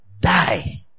die